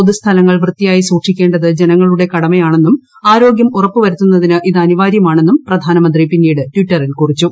പൊതുസ്ഥലങ്ങൽ വൃത്തിയായി സൂക്ഷിക്കേണ്ടത് ജനങ്ങളുടെ കടമയാണെന്നും ആരോഗ്യം ഉറപ്പു വരുത്തുന്നതിന് ഇത് അനിവാരൃമാണെന്നും പ്രധാനമന്ത്രി പിന്നീട് ടിറ്ററിൽ കുറിച്ചു